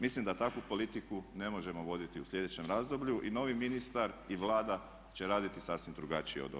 Mislim da takvu politiku ne možemo voditi u sljedećem razdoblju i novi ministar i Vlada će raditi sasvim drugačije od ovoga.